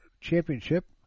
Championship